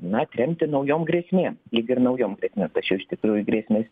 na atremti naujom grėsmėm lyg ir naujom grėsmėm tačiau iš tikrųjų grėsmės